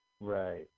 Right